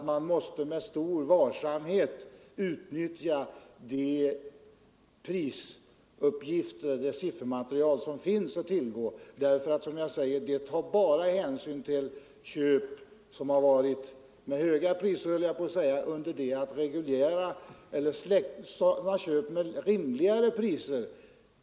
Man måste utnyttja det siffermaterial som finns att tillgå från dessa områden med stor varsamhet. Detta tar nämligen bara hänsyn till förvärv med hög köpeskilling under det att transaktioner till rimligare priser undantas från statistiken.